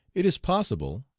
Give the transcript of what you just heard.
it is possible,